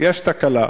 יש תקלה,